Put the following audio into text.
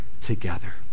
together